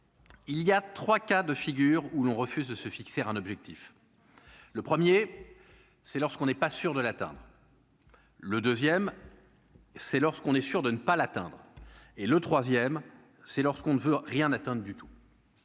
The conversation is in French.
il y a 3 cas de figure, où l'on refuse de se fixer un objectif, le 1er c'est lorsqu'on n'est pas sûr de l'atteindre le 2ème c'est lorsqu'on est sûr de ne pas l'atteindre et le troisième, c'est lorsqu'on ne veut rien atteinte du tout.